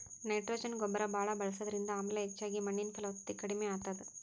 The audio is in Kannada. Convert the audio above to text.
ನೈಟ್ರೊಜನ್ ಗೊಬ್ಬರ್ ಭಾಳ್ ಬಳಸದ್ರಿಂದ ಆಮ್ಲ ಹೆಚ್ಚಾಗಿ ಮಣ್ಣಿನ್ ಫಲವತ್ತತೆ ಕಡಿಮ್ ಆತದ್